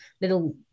little